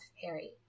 Harry